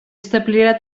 establirà